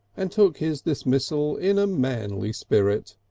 and took his dismissal in a manly spirit.